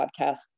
podcast